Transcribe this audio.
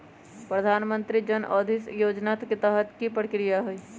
प्रधानमंत्री जन औषधि योजना के तहत की की प्रक्रिया होई?